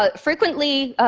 ah frequently,